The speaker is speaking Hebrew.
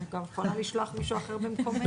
אני כבר יכולה לשלוח מישהו אחר במקומי.